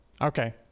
Okay